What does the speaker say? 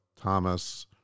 Thomas